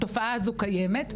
התופעה הזו קיימת.